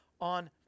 on